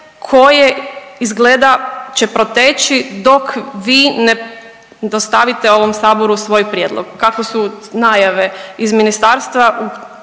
koje izgleda će proteći dok vi ne dostavite ovom Saboru svoj prijedlog. Kako su najave iz ministarstva, u